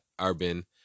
urban